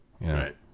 Right